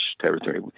territory